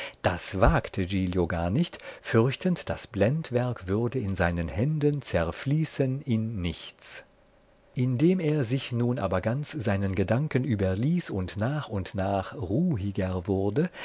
das wagte giglio gar nicht fürchtend das blendwerk würde in seinen händen zerfließen in nichts indem er sich nun aber ganz seinen gedanken überließ und nach und nach ruhiger wurde